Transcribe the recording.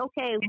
okay